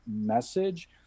message